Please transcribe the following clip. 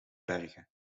bergen